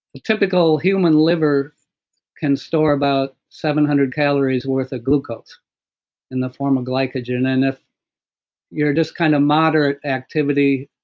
a typical human liver can store about seven hundred calories worth of ah glucose in the form of glycogen. and if you're this kind of moderate activity